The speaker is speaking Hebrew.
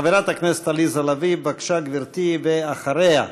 חברת הכנסת עליזה לביא, בבקשה, גברתי, ואחריה,